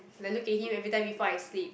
then look at him every time before I sleep